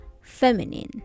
feminine